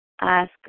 ask